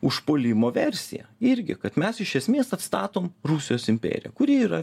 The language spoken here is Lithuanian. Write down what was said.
užpuolimo versija irgi kad mes iš esmės atstatom rusijos imperiją kuri yra